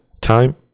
time